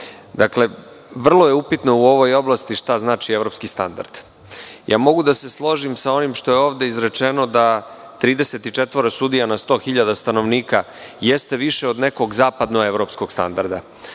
najbitnije. Vrlo je upitno u ovoj oblasti šta znači evropski standard. Mogu da se složim sa onim što je ovde izrečeno, da 34 sudija na 100.000 stanovnika jeste više od nekog zapadno-evropskog